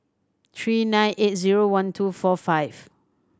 three nine eight zero one two four five